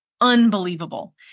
Unbelievable